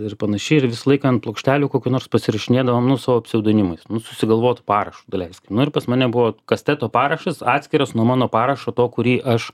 ir panašiai ir visą laiką ant plokštelių kokių nors pasirašinėdavom nu savo pseudonimais susigalvot parašų da leiskim nu ir pas mane buvo kasteto parašas atskiras nuo mano parašo to kurį aš